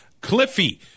Cliffy